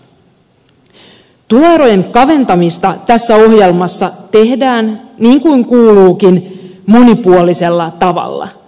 tuloerojen kaventamista tässä ohjelmassa tehdään niin kuin kuuluukin monipuolisella tavalla